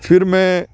ਫਿਰ ਮੈਂ